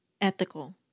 ethical